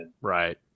Right